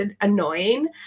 annoying